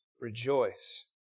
rejoice